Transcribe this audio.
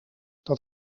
dat